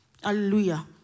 Hallelujah